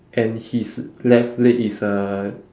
and his left leg is a